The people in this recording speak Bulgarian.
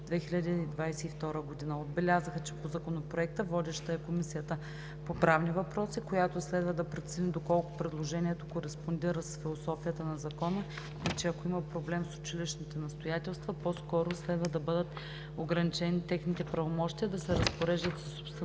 2022 г. Отбелязаха, че по Законопроекта водеща е Комисията по правни въпроси, която следва да прецени доколко предложението кореспондира с философията на Закона и че ако има проблем с училищните настоятелства, по-скоро следва да бъдат ограничени техните правомощия да се разпореждат